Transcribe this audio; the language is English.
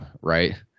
Right